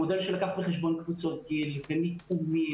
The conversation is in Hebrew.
מודל שלקח בחשבון קבוצות גיל ומתחומים